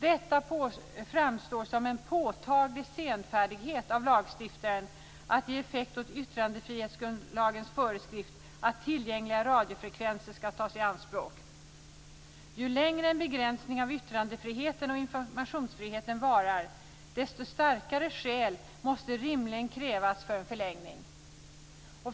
Detta framstår som en påtaglig senfärdighet av lagstiftaren att ge effekt åt yttrandefrihetsgrundlagens föreskrift att tillgängliga radiofrekvenser skall tas i anspråk. Ju längre en begränsning av yttrandefriheten och informationsfriheten varar desto starkare skäl måste rimligen krävas för en förlängning."